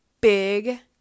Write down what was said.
big